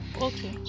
Okay